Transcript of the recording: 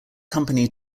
company